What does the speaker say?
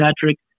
Patrick